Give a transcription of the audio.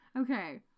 Okay